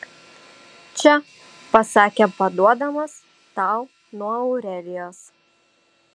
čia pasakė paduodamas tau nuo aurelijos